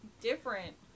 different